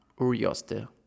Urioste